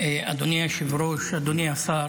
אדוני היושב-ראש, אדוני השר,